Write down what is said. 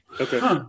Okay